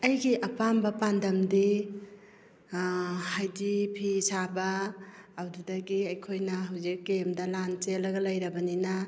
ꯑꯩꯒꯤ ꯑꯄꯥꯝꯕ ꯄꯥꯟꯗꯝꯗꯤ ꯍꯥꯏꯗꯤ ꯐꯤ ꯁꯥꯕ ꯑꯗꯨꯗꯒꯤ ꯑꯩꯈꯣꯏꯅ ꯍꯧꯖꯤꯛ ꯀꯦꯝꯗ ꯂꯥꯟ ꯆꯦꯟꯂꯒ ꯂꯩꯔꯕꯅꯤꯅ